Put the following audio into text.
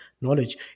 knowledge